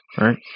Right